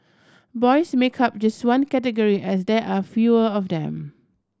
boys make up just one category as there are fewer of them